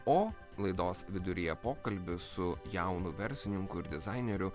o laidos viduryje pokalbis su jaunu verslininku ir dizaineriu